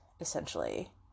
essentially